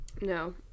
No